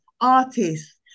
artists